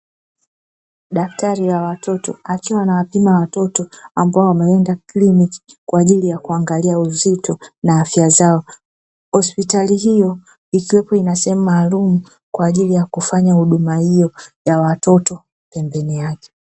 Daktari wa watoto akiwa anawapima watoto ambao wameenda kliniki kwa ajili ya kuangalia uzito na afya zao. Hospitali hiyo ikiwepo ina sehemu maalum kwa ajili ya kufanya huduma hiyo ya watoto pembeni yake.